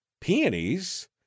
Peonies